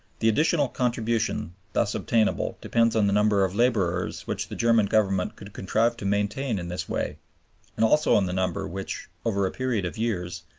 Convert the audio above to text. the additional contribution thus obtainable depends on the number of laborers which the german government could contrive to maintain in this way and also on the number which, over a period of years,